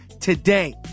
today